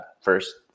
first